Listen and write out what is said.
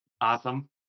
Awesome